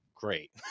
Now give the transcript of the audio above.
Great